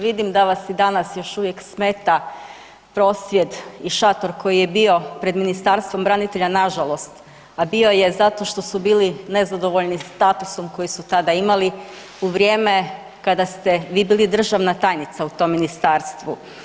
Vidim da vas i danas još uvijek smeta prosvjed i šator koji je bio pred Ministarstvom branitelja nažalost, a bio je zato što su bili nezadovoljni statusom koji su tada imali u vrijeme kada ste vi bili državna tajnica u tom ministarstvu.